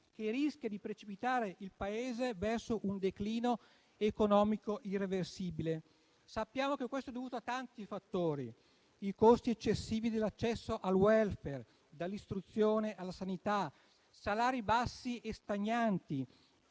che rischia di far precipitare il Paese verso un declino economico irreversibile. Sappiamo che questo è dovuto a tanti fattori: i costi eccessivi dell'accesso al *welfare*, dall'istruzione alla sanità, salari bassi e stagnanti.